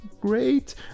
great